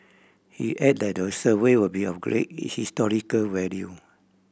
he added that the survey would be of great his historical value